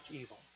evil